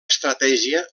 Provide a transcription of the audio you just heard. estratègia